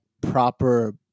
proper